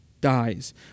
dies